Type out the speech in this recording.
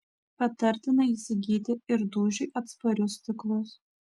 patartina įsigyti ir dūžiui atsparius stiklus